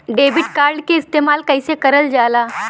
Debit card के इस्तेमाल कइसे करल जाला?